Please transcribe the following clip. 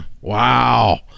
wow